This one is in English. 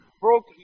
broke